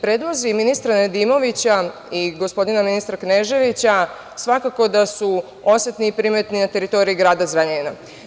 Predlozi ministra Nedimovića i gospodina ministra Kneževića, svakako da su osetni i primetni na teritoriji Grada Zrenjanina.